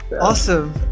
awesome